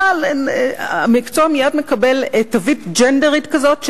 המקצוע מייד מקבל תווית ג'נדרית כזאת,